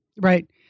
Right